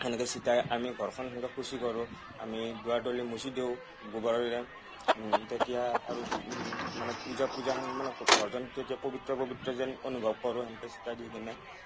সেনেকৈ চিতাই আমি ঘৰখন সেনেকৈ শুচি কৰোঁ আমি দুৱাৰ দলি মুচি দিওঁ গোৱৰেৰে তেতিয়া আৰু মানে পূজা পূজাখন মানে ঘৰখন যেতিয়া পৱিত্ৰ পৱিত্ৰ যেন অনুভৱ কৰোঁ সেনেকৈ চিতাই দি কেনে